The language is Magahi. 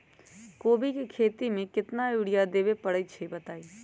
कोबी के खेती मे केतना यूरिया देबे परईछी बताई?